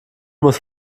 muss